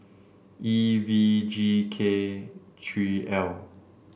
E V G K three L